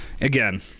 again